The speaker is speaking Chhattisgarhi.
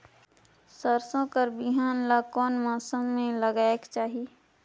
सरसो कर बिहान ला कोन मौसम मे लगायेक चाही?